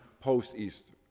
post-Easter